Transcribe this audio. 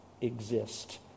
exist